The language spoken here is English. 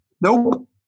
Nope